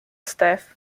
staff